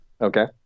Okay